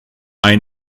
ein